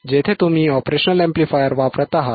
जेथे तुम्ही operational amplifier वापरत आहात